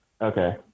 Okay